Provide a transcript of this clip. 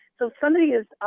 so somebody is